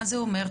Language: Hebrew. מה זה אומר?